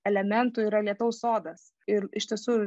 elementų yra lietaus sodas ir iš tiesų